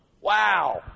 Wow